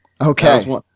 okay